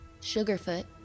Sugarfoot